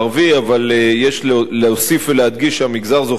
אבל יש להוסיף ולהדגיש שהמגזר זוכה להקצאות